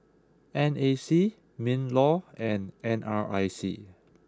N A C Minlaw and N R I C